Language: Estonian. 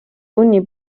tunni